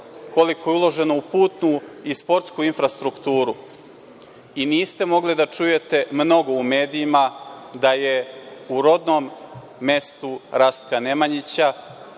koliko je uloženo u putnu i sportsku infrastrukturu i niste mogli da čujete mnogo u medijima da je u rodnom mestu Rastka Nemanjića